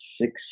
six